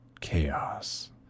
chaos